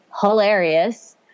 hilarious